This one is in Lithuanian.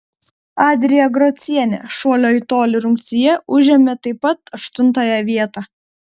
adrija grocienė šuolio į tolį rungtyje užėmė taip pat aštuntąją vietą